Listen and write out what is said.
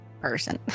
person